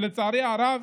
לצערי הרב,